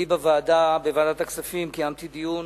בוועדת הכספים קיימתי דיון